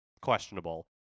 questionable